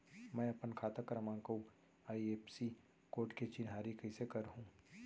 मैं अपन खाता क्रमाँक अऊ आई.एफ.एस.सी कोड के चिन्हारी कइसे करहूँ?